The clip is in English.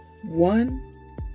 One